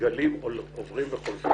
גלים עוברים וחוזרים.